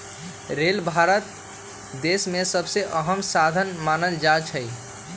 rail भारत देश में सबसे अहम साधन मानल जाई छई